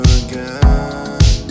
again